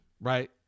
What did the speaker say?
Right